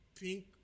pink